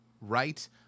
right